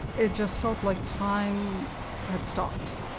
it just felt like time had stopped.